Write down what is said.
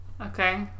Okay